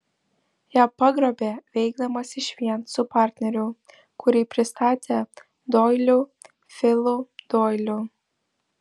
ją pagrobė veikdamas išvien su partneriu kurį pristatė doiliu filu doiliu